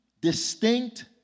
distinct